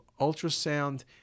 ultrasound